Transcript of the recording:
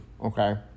Okay